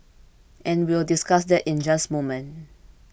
and we will discuss that in just moment